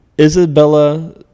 Isabella